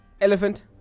Elephant